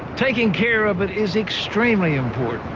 taking care of it is extremely important.